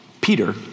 Peter